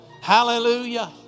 hallelujah